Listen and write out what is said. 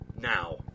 Now